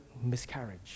miscarriage